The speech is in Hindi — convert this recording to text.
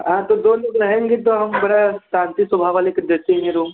हाँ तो दो लोग रहेंगे तो हम बड़े शांति स्वभाव वाले के देते हैं रूम